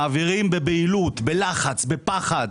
מעבירים בבהילות, בלחץ, בפחד